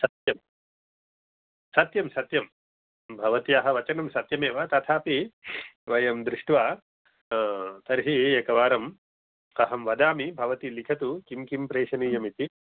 सत्यं सत्यं सत्यं भवत्याः वचनं सत्यमेव तथापि वयं दृष्टा तर्हि एकवारम् अहं वदामि भवती लिखतु किं किं प्रेषनीयम् इति